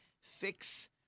fix